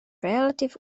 relativ